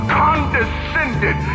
condescended